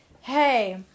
hey